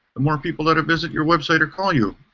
the more people that visit your website or call you.